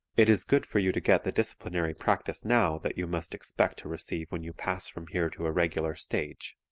it is good for you to get the disciplinary practice now that you must expect to receive when you pass from here to a regular stage.